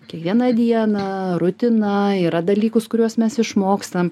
kiekvieną dieną rutina yra dalykus kuriuos mes išmokstam